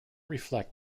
reflect